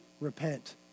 Repent